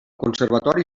conservatori